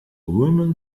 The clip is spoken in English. woman